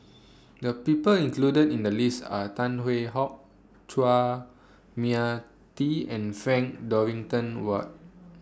The People included in The list Are Tan Hwee Hock Chua Mia Tee and Frank Dorrington Ward